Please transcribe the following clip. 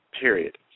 period